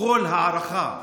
כל ההערכה.